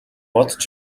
бодож